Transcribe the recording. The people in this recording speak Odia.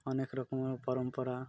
ଅନେକ ରକମର ପରମ୍ପରା